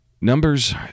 Numbers